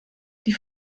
die